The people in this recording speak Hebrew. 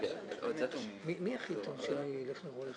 הם דיברו איתך?